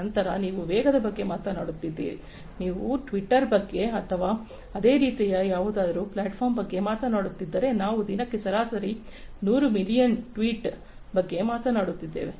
ನಂತರ ನೀವು ವೇಗದ ಬಗ್ಗೆ ಮಾತನಾಡುತ್ತಿದ್ದರೆ ನೀವು ಟ್ವಿಟ್ಟರ್ ಬಗ್ಗೆ ಅಥವಾ ಅದೇ ರೀತಿಯ ಇತರ ಪ್ಲ್ಯಾಟ್ಫಾರ್ಮ್ಗಳ ಬಗ್ಗೆ ಮಾತನಾಡುತ್ತಿದ್ದರೆ ನಾವು ದಿನಕ್ಕೆ ಸರಾಸರಿ 100 ಮಿಲಿಯನ್ ಟ್ವೀಟ್ಗಳ ಬಗ್ಗೆ ಮಾತನಾಡುತ್ತಿದ್ದೇವೆ